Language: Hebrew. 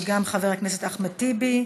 וגם חבר הכנסת אחמד טיבי.